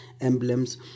emblems